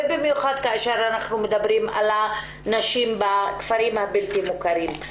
במיוחד כשאנחנו מדברים על הנשים בכפרים הבלתי מוכרים.